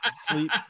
sleep